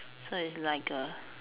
so it's like a